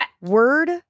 Word